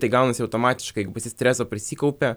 tai gaunasi automatiškai pas jį streso prisikaupia